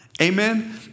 Amen